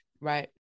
Right